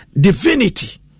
divinity